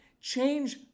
Change